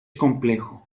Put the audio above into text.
complejo